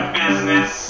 business